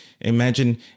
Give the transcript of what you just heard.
imagine